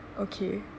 ok